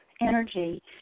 energy